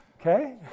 Okay